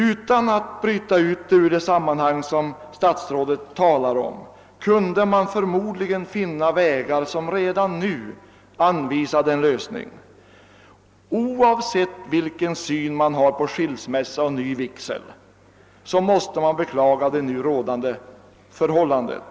Utan att bryta ut frågan ur det sammanhang som statsrådet talar om kunde man förmodligen finna vägar som redan nu anvisade en lösning. Oavsett vilken syn vi har på skilsmässa och ny vigsel måste vi beklaga det nu rådande förhållandet.